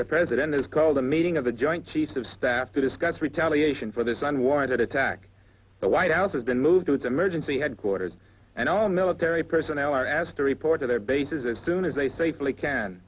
the president has called a meeting of the joint chiefs of staff to discuss retaliation for this unwarranted attack the white house has been moved to its emergency headquarters and all military personnel are asked to report to their bases as soon as they safely can